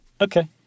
Okay